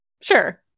Sure